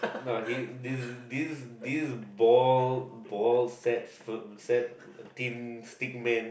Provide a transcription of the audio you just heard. nah this this this ball ball sets f~ set thin stickman